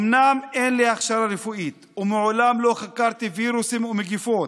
אומנם אין לי הכשרה רפואית ומעולם לא חקרתי וירוסים ומגפות,